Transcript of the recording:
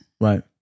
Right